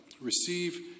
receive